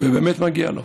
ובאמת מגיע לו,